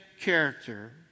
character